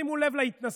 תשימו לב להתנשאות: